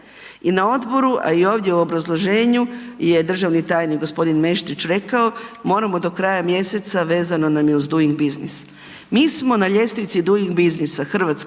i na Odboru, a i ovdje u obrazloženju je državni tajnik gospodin Meštrić rekao moramo do kraja mjeseca, vezano nam je uz doing business. Mi smo na ljestvici doing businessa, Hrvatska,